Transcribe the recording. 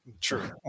True